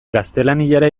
gaztelaniara